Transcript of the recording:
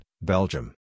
Belgium